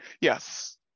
Yes